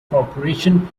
corporation